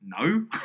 No